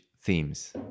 themes